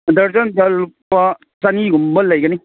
ꯗꯔꯖꯟꯗ ꯂꯨꯄꯥ ꯆꯥꯅꯤꯒꯨꯝꯕ ꯂꯩꯒꯅꯤ